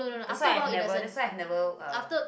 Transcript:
that's why I never that's why I never uh